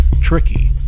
Tricky